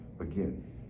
again